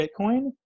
Bitcoin